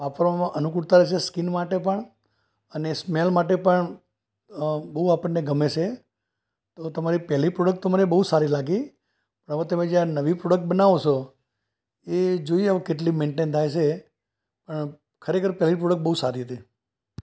વાપરવામાં અનુકૂળતા છે સ્કીન માટે પણ અને સ્મૅલ માટે પણ બહુ આપણને ગમે છે એટલે તમારી પહેલી પ્રોડક્ટ તો મને બહુ સારી લાગી બરાબર તમે જે આ નવી પ્રોડક્ટ બનાવો છો એ જોઈએ હવે કેટલી મેઈન્ટેન થાય છે ખરેખર પહેલી પ્રોડક્ટ બહુ સારી હતી